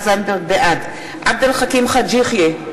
בעד עבד אל חכים חאג' יחיא,